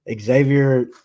Xavier